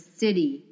city